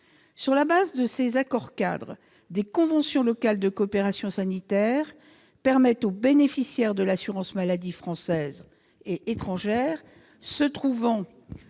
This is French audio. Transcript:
Sur la base de ces accords-cadres, des conventions locales de coopération sanitaire permettent aux bénéficiaires de l'assurance maladie française et étrangère se trouvant